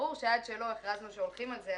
ברור שעד שלא הכרזנו שהולכים על זה,